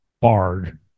Bard